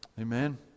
Amen